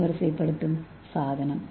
ஏ வரிசைப்படுத்தும் சாதனம்